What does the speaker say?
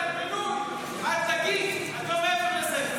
צר לי, אני ותיק כאן בכנסת.